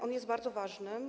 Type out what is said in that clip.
On jest bardzo ważny.